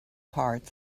parts